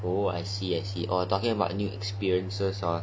oh I see I see or talking about new experiences